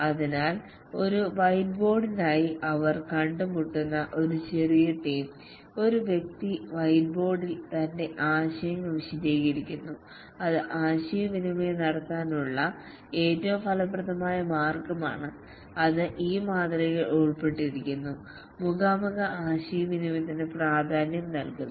അതിനാൽ ഒരു വൈറ്റ്ബോർഡുമായി അവർ കണ്ടുമുട്ടുന്ന ഒരു ചെറിയ ടീം ഒരു വ്യക്തി വൈറ്റ്ബോർഡിൽ തന്റെ ആശയങ്ങൾ വിശദീകരിക്കുന്നു അത് ആശയവിനിമയം നടത്താനുള്ള ഏറ്റവും ഫലപ്രദമായ മാർഗ്ഗമാണ് അത് ഈ മാതൃകയിൽ ഉൾപ്പെടുത്തിയിരിക്കുന്നു മുഖാമുഖ ആശയവിനിമയത്തിന് പ്രാധാന്യം നൽകുന്നു